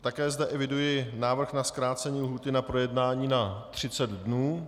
Také zde eviduji návrh na zkrácení lhůty na projednání na 30 dnů.